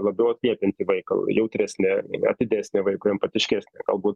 labiau atliepianti vaiką jautresnė atidesnė vaikui empatiškesnė galbūt